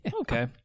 Okay